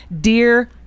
dear